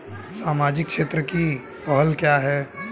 सामाजिक क्षेत्र की पहल क्या हैं?